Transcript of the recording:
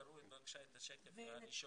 תראו, בבקשה, את השקף הראשון.